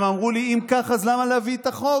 הם אמרו לי: אם כך, אז למה להביא את החוק?